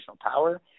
power